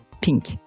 Pink